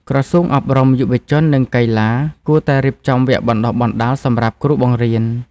ក្រសួងអប់រំ យុវជន និងកីឡា គួរតែរៀបចំវគ្គបណ្តុះបណ្តាលសម្រាប់គ្រូបង្រៀន។